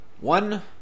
One